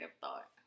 thought